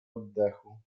oddechu